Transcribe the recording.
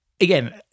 Again